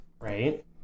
Right